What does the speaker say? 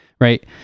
Right